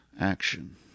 action